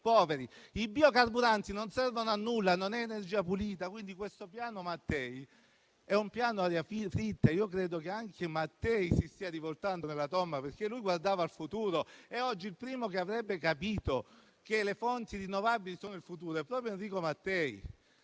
poveri. I biocarburanti non servono a nulla, non è energia pulita. Il Piano Mattei quindi è un piano di aria fritta. Io credo che anche Mattei si stia rivoltando nella tomba, perché lui guardava al futuro e oggi il primo che avrebbe capito che le fonti rinnovabili sono il futuro sarebbe stato proprio Enrico Mattei.